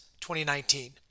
2019